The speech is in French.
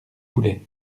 poulet